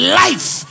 life